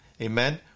Amen